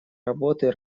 работы